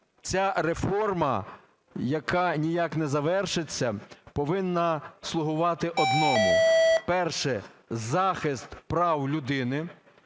ця реформа, яка ніяк не завершиться, повинна слугувати одному: перше – захист прав людини,